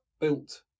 built